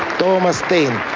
tomas thain